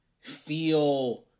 feel